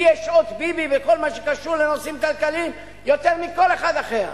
לי יש שעות ביבי בכל מה שקשור לנושאים כלכליים יותר מלכל אחד אחר.